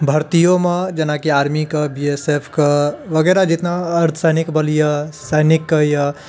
भर्तियोमे जेनाकि आर्मी कऽ B S F कऽ वगैरह जितना अर्धसैनिक बल यऽ सैनिक कऽ यऽ